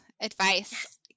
advice